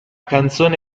canzone